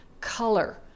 color